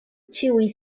ĉiuj